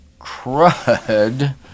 crud